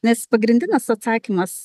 nes pagrindinis atsakymas